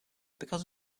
because